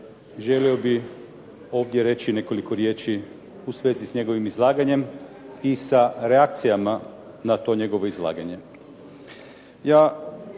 želio bih ovdje reći nekoliko riječi u svezi s njegovim izlaganjem i sa reakcijama na to njegovo izlaganje.